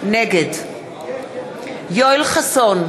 נגד יואל חסון,